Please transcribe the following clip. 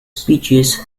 speeches